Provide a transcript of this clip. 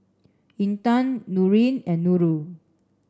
Intan Nurin and Nurul